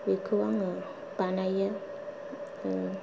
बिखौ आङो बानायो